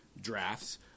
drafts